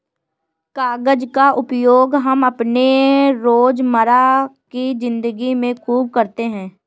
कागज का उपयोग हम अपने रोजमर्रा की जिंदगी में खूब करते हैं